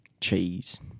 Cheese